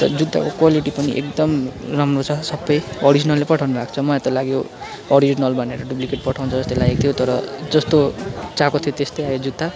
जुत्ताको क्वालिटी पनि एकदम राम्रो छ सबै अरिजिनलै पठाउनु भएको छ मलाई त लाग्यो अरिजिनल भनेर डुप्लिकेट पठाउँछ जस्तो लागेको थियो तर जस्तो चाहेको थियो त्यस्तै आयो जुत्ता